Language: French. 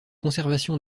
conservation